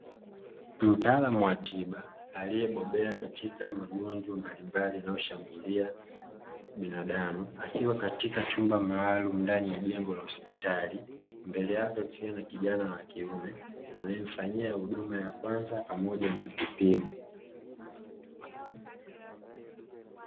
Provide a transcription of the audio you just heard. Mtaalamu wa tiba aliyebobea katika magonjwa mbalimbali, yanayoshambulia binadamu akiwa katika chumba maalumu, ndani ya jengo la hospitali, mbele yake akiwa na kijana wa kiume anaemfanyia huduma ya kwanza pamoja na vipimo.